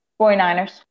49ers